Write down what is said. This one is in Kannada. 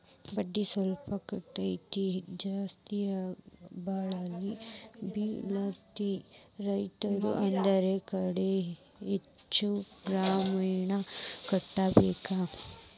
ಬಡೆಸ್ವಪ್ಪ್ ಗಿಡಕ್ಕ ಜೇಗಿಬಾಳ ಬಿಳತೈತಿ ರೈತರು ಅದ್ರ ಕಡೆ ಹೆಚ್ಚ ಗಮನ ಕೊಡಬೇಕ